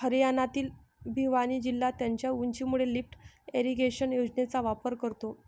हरियाणातील भिवानी जिल्हा त्याच्या उंचीमुळे लिफ्ट इरिगेशन योजनेचा वापर करतो